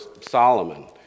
Solomon